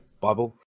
bible